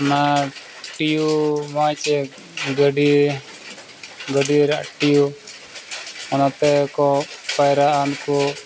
ᱚᱱᱟ ᱴᱤᱭᱩ ᱢᱟᱪᱮ ᱜᱟᱹᱰᱤ ᱜᱟᱹᱰᱤ ᱨᱮᱭᱟᱜ ᱴᱤᱭᱩᱵᱽ ᱚᱱᱟᱛᱮ ᱠᱚ ᱯᱟᱭᱨᱟᱜᱼᱟᱱ ᱠᱚ